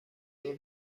ظهر